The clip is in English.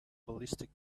ballistic